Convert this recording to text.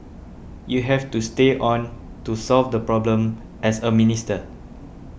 you have to stay on to solve the problem as a minister